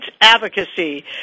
Advocacy